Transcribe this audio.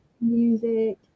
Music